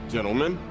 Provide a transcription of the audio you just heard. Gentlemen